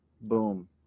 Boom